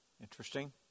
Interesting